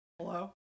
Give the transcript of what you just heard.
Hello